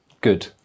Good